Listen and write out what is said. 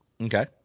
Okay